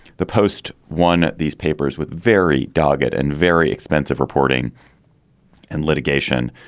the post won these papers with very dogged and very expensive reporting and litigation.